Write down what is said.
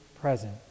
present